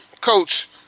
Coach